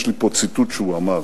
יש לי פה ציטוט שהוא אמר.